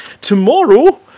Tomorrow